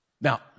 Now